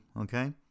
okay